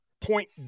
point